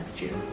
to